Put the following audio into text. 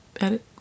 edit